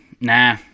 nah